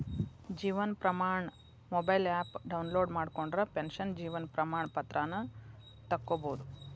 Jeevan Pramaan mobile app download ಮಾಡ್ಕೊಂಡ್ರ pension Jeevan Pramaan ಪತ್ರಾನ ತೊಕ್ಕೊಬೋದು